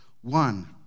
one